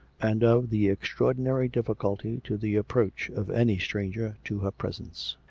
and of the extraordinary difficulty to the approach of any stranger to her presence.